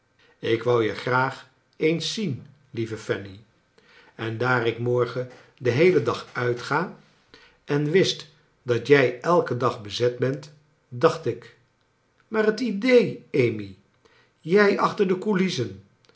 ik wou je graag eens zien lieve panny en daar ik morgen den heelen dag uitga en wist dat jij elken dag bezet bent dacht ik maar het idee amy jij achter de coulissen